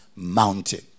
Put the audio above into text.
mountain